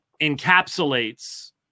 encapsulates